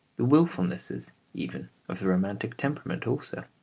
the wilfulnesses even, of the romantic temperament also.